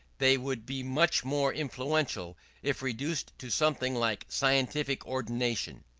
they would be much more influential if reduced to something like scientific ordination.